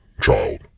child